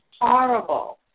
horrible